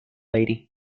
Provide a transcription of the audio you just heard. lady